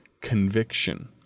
conviction